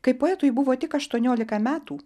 kai poetui buvo tik aštuoniolika metų